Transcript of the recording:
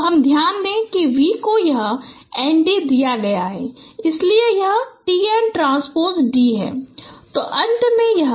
तो हम ध्यान दें कि v को यह n d दिया गया है इसलिए यह t n ट्रांन्स्पोज d है